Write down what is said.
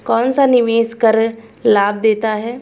कौनसा निवेश कर लाभ देता है?